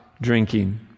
drinking